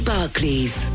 Barclays